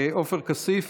עופר כסיף,